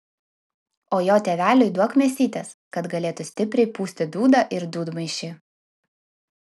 o jo tėveliui duok mėsytės kad galėtų stipriai pūsti dūdą ir dūdmaišį